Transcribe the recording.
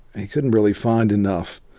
he couldn't really find enough,